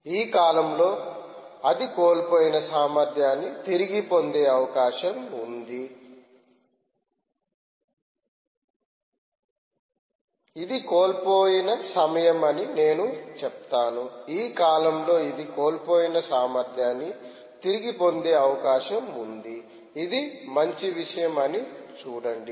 ఈ కాలంలో అది కోల్పోయిన సామర్థ్యాన్ని తిరిగి పొందే అవకాశం ఉంది ఇది కోల్పోయిన సమయం అని నేను చెప్తాను ఈ కాలంలో ఇది కోల్పోయిన సామర్థ్యాన్ని తిరిగి పొందే అవకాశం ఉంది ఇది మంచి విషయం అని చూడండి